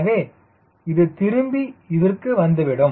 எனவே இது திரும்பி இதற்கு வந்துவிடும்